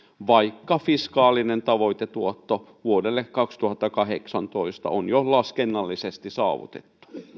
vaikka fiskaalinen tavoitetuotto vuodelle kaksituhattakahdeksantoista on jo laskennallisesti saavutettu